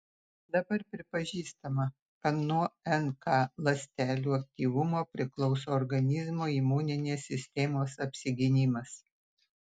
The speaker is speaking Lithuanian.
dabar pripažįstama kad nuo nk ląstelių aktyvumo priklauso organizmo imuninės sistemos apsigynimas